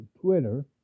Twitter